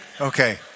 Okay